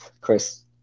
Chris